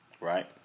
right